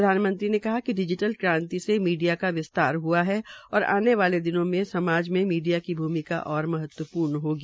प्रधानमंत्री ने कहा कि डिजीटल क्रांति से मीडिया का विस्तार हुआ है और आने वाले दिनों में समाज में मीडिया की भूमिका और महत्वपूर्ण होगी